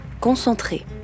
concentré